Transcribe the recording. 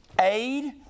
aid